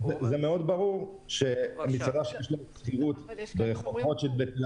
זה מאוד ברור ששכירות של מסעדה בתל